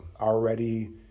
already